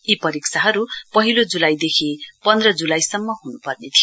यी परीक्षाहरु पहिलो जुलाईदेखि पन्ध्र जुलाईसम्म हुनुपर्ने थियो